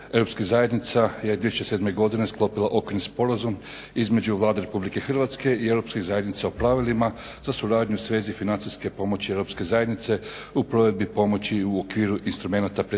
europskih zajednica je 2007. godine sklopila Okvirni sporazum između Vlade Republike Hrvatske i europskih zajednica o pravilima za suradnju u svezi financijske pomoći Europske zajednice u provedbi pomoći u okviru instrumenata pretpristupne